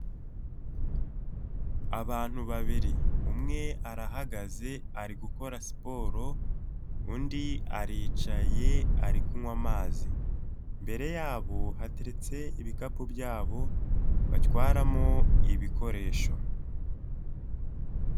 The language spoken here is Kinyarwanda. Abantu babiri, umwe arahagaze ari gukora siporo, undi aricaye ari kunywa amazi, mbere yabo hateretse ibikapu byabo, batwaramo ibikoresho.